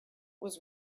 was